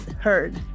heard